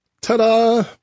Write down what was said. Ta-da